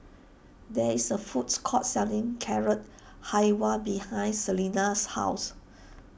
there is a foods court selling Carrot Halwa behind Selina's house